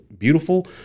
Beautiful